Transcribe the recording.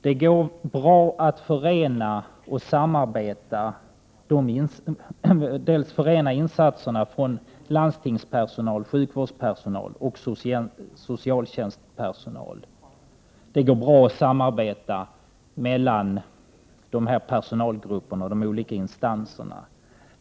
Det går bra att förena och samarbeta i insatserna från landstingspersonal, sjukvårdspersonal och socialtjänstpersonal.